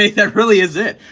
that really is it.